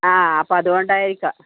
ആ അപ്പം അതുകൊണ്ടായിരിക്കാം